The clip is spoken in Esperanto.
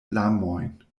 larmojn